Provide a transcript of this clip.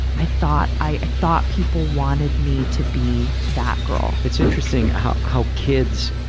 i thought i, i thought people wanted me to be that girl. it's interesting how, how kids,